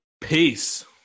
Peace